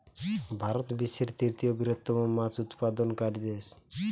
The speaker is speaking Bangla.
ভারত বিশ্বের তৃতীয় বৃহত্তম মাছ উৎপাদনকারী দেশ